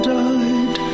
died